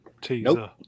teaser